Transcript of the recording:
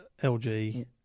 LG